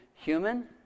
human